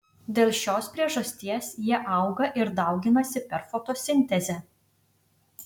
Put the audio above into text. dėl šios priežasties jie auga ir dauginasi per fotosintezę